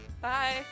bye